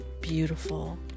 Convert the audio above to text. beautiful